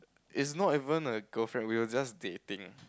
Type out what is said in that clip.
it's not even a girlfriend we were just dating